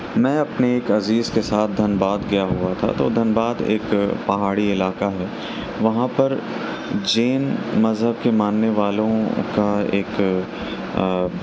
میں اپنے ایک عزیز کے ساتھ دھنباد گیا ہوا تھا تو دھنباد ایک پہاڑی علاقہ ہے وہاں پر جین مذہب کے ماننے والوں کا ایک